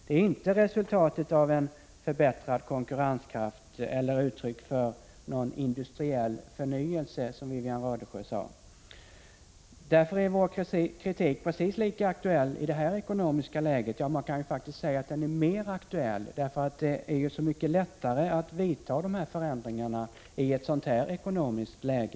Det är inte resultatet av en förbättrad konkurrenskraft eller uttryck för någon industriell förnyelse, som Wivi-Anne Radesjö sade. Därför är vår kritik precis lika aktuell i nuvarande ekonomiska läge - ja, man kan faktiskt säga att den är mer aktuell, för det är ju så mycket lättare att åstadkomma dessa förändringar i ett sådant här ekonomiskt läge.